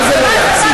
מה זה לא להגזים?